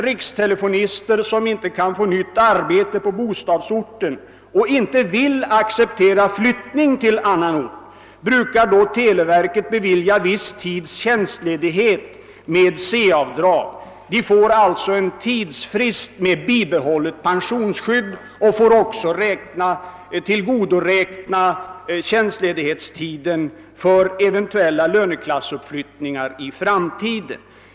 Rikstelefonister, som inte kan få nytt arbete på bostadsorten och inte vill acceptera flyttning till annan ort, brukar av televerket beviljas viss tids tjänstledighet med C-avdrag. De får alltså en tidsfrist med bibehållet pensionsskydd och får också tillgodoräkna tjänstledighetstiden för eventuella löneklassuppflyttningar i framtiden.